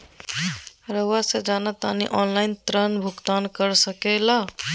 रहुआ से जाना तानी ऑनलाइन ऋण भुगतान कर सके ला?